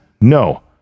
no